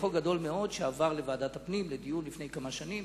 חוק גדול מאוד, שעבר לפני כמה שנים